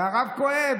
הרב כואב,